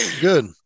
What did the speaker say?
good